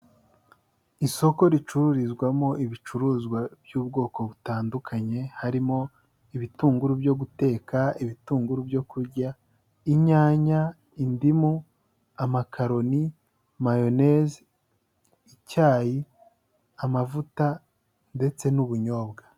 Isoko ricururizwamo ibicuruzwa by'ubwoko butandukanye, harimo ibitunguru byo guteka, ibitunguru byo kurya, inyanya, indimu, amakaroni, mayoneze, icyayi, amavuta ndetse n'ubunyobwa.